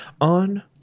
on